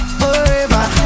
forever